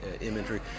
imagery